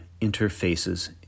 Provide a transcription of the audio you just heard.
interfaces